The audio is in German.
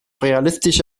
realistische